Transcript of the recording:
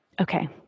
okay